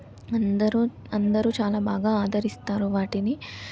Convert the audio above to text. అందరు అందరూ చాలా బాగా ఆదరిస్తారు వాటిని